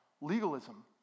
legalism